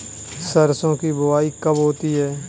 सरसों की बुआई कब होती है?